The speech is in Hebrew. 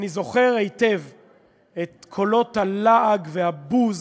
אני זוכר היטב את קולות הלעג, והבוז,